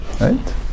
right